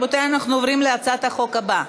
רבותי, אנחנו עוברים להצעת החוק הבאה: